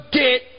get